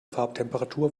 farbtemperatur